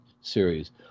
series